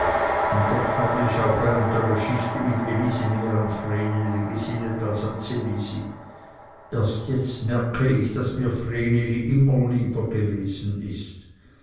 und doch habe ich auch während der geschichte mit elisi mehr an vreneli gesinnet als an ds elisi erst jetzt merke ich daß mir vreneli immer lieber gewesen ist